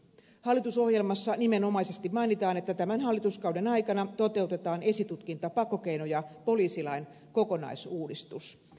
hallitusohjelmassa nimenomaisesti mainitaan että tämän hallituskauden aikana toteutetaan esitutkinta pakkokeino ja poliisilain kokonaisuudistus